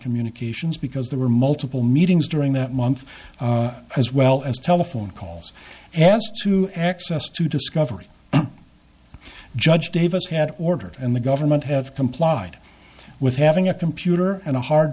communications because there were multiple meetings during that month as well as telephone calls as to access to discovery judge davis had ordered and the government have complied with having a computer and a hard